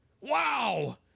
Wow